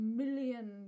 million